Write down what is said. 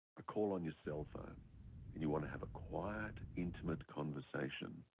a call on your cellphone and you want to have a quiet, intimate conversation.